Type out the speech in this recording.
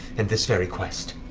and this very quest,